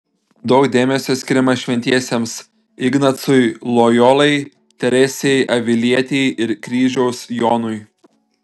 daug dėmesio skiriama šventiesiems ignacui lojolai teresei avilietei ir kryžiaus jonui